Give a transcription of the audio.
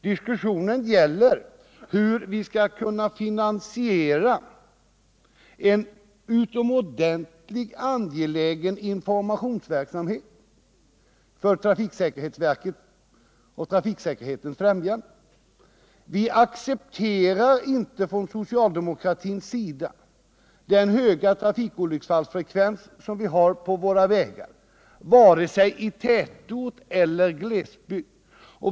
Diskussionen gäller hur vi skall kunna finansiera en utomordentligt angelägen informationsverksamhet för trafiksäkerhetsverket och trafikfrämjandet. Socialdemokratin accepterar inte den höga trafikolycksfallsfrekvensen på våra vägar, vare sig i tätorter eller i glesbygd.